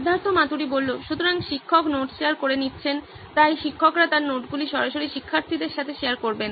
সিদ্ধার্থ মাতুরি সুতরাং শিক্ষক নোট শেয়ার করে নিচ্ছেন তাই শিক্ষকরা তার নোটগুলি সরাসরি শিক্ষার্থীদের সাথে শেয়ার করবেন